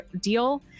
deal